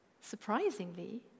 surprisingly